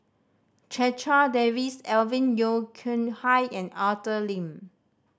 Checha Davies Alvin Yeo Khirn Hai and Arthur Lim